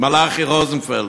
מלאכי רוזנפלד,